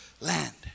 land